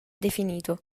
definito